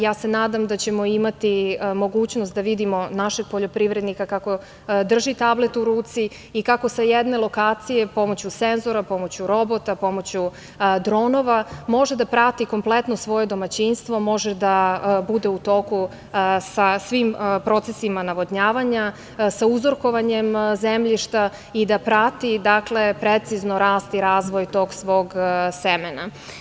Ja se nadam da ćemo imati mogućnost da vidimo našeg poljoprivrednika kako drži tablet u ruci i kako sa jedne lokacije, pomoću senzora, pomoću robota, pomoću dronova, može da prati kompletno svoje domaćinstvo, može da bude u toku sa svim procesima navodnjavanja, sa uzorkovanjem zemljišta i da prati precizno rast i razvoj tog svog semena.